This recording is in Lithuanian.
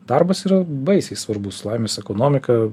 darbas yra baisiai svarbus laimės ekonomika